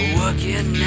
working